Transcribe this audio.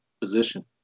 position